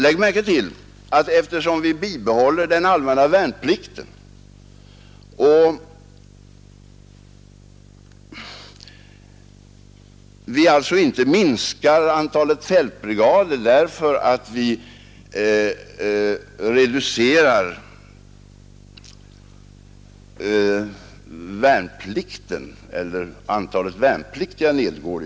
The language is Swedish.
Lägg märke till att vi bibehåller den allmänna värnplikten och att vi inte på grund av en Nr 16 minskning av antalet värnpliktiga reducerar antalet fältbrigader.